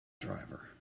driver